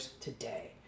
today